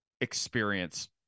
experience